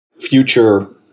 future